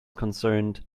concerned